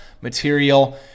material